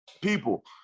People